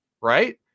right